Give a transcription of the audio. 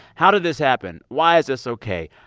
how did this happen? why is this ok?